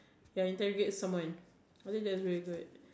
when interrogate someone I think that is really very good